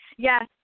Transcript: Yes